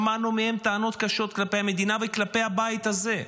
שמענו מהן טענות קשות כלפי המדינה וכלפי הבית הזה.